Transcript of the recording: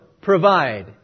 provide